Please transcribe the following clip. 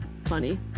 funny